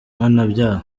mpanabyaha